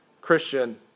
Christian